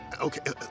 okay